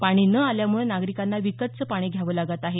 पाणी न आल्यामुळं नागरिकांना विकतंचे पाणी घ्यावं लागत आहे